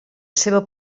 seva